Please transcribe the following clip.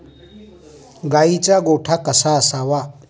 गाईचा गोठा कसा असावा?